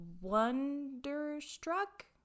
Wonderstruck